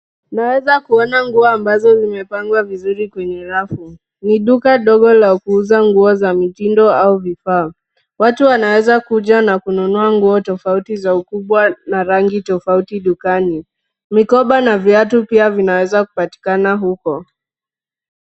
Naweza kuona nguo ambazo zimepangwa vizuri kwenye rafu, ni duka dogo la kuuza nguo za mitindo au vifaa. Watu wanaweza kuja na kununua nguo tofauti za ukubwa na rangi tofauti dukani. Mikoba na viatu pia vinaweza kupatikana huko.